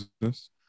business